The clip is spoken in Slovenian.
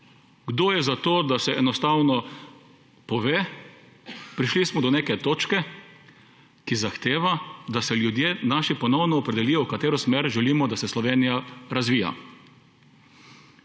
Kdo je za to, da se enostavno pove, prišli smo do neke točke, ki zahteva, da se ljudje, naši, ponovno opredelijo, v katero smer želimo, da se Slovenija razvija.